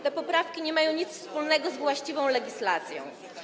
Te poprawki nie mają nic wspólnego z właściwą legislacją.